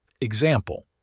Example